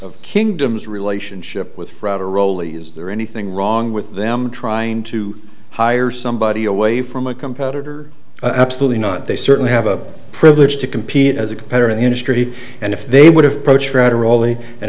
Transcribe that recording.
the kingdoms relationship with rowley is there anything wrong with them trying to hire somebody away from a competitor absolutely not they certainly have a privilege to compete as a competitor in the industry and if they would have